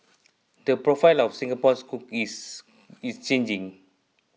the profile of Singapore's cooks is changing